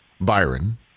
Byron